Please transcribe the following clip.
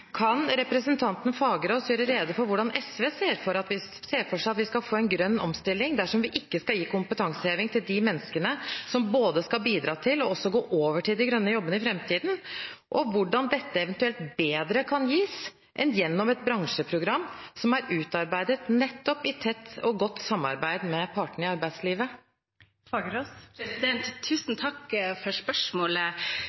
Kan representanten Fagerås gjøre rede for hvordan SV ser for seg at vi skal få en grønn omstilling dersom vi ikke skal gi kompetanseheving til de menneskene som både skal bidra til og også gå over til de grønne jobbene i framtiden, og hvordan dette eventuelt bedre kan gis enn gjennom et bransjeprogram som er utarbeidet i tett og godt samarbeid med partene i arbeidslivet?